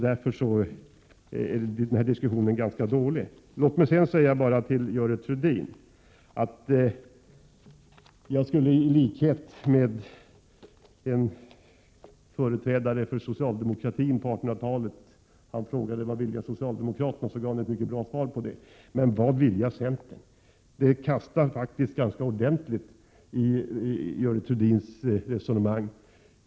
Därför är den här diskussionen som sagt ganska underlig. Sedan till Görel Thurdin. En företrädare för socialdemokratin på 1800 talet frågade sig själv vad han ville ha av socialdemokraterna och gav sedan ett mycket bra svar på det. Men vad vill centern? Det kastar faktiskt ganska ordentligt i Görel Thurdins resonemang.